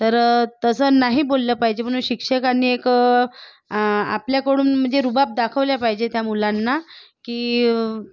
तर तसं नाही बोललं पाहिजे म्हणून शिक्षकांनी एक आपल्याकडून म्हणजे रुबाब दाखवला पाहिजे त्या मुलांना की